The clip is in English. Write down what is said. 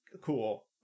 cool